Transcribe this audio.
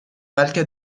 بلکه